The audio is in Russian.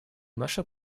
наше